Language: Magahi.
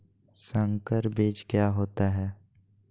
संकर बीज क्या होता है?